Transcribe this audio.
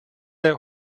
der